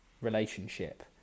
relationship